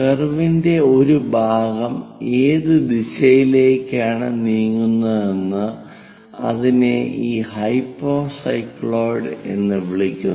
കർവിന്റെ ഒരു ഭാഗം ഏത് ദിശയിലേക്കാണ് നീങ്ങുന്നതെന്ന് അതിനെ ഈ ഹൈപ്പോസൈക്ലോയിഡ് എന്ന് വിളിക്കുന്നു